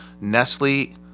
Nestle